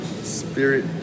spirit